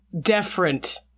deferent